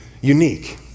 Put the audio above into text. unique